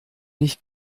nicht